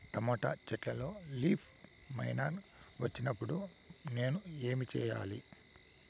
Tomato చెట్టులో leaf miner వచ్చినప్పుడు నేను ఏమి చెయ్యాలి?